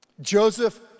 Joseph